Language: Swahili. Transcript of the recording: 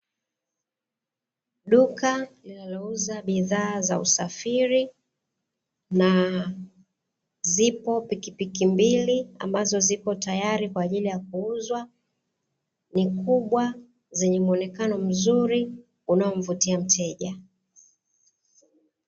Duka linauza bidhaa za usafiri. Na zipo pikipiki mbili ambazo zipo tayari kwa ajiri ya kuuzwa ni kubwa zenye muonekano mzuri unaomvutia mteja.